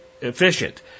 efficient